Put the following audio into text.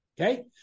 Okay